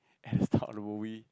at the start of the movie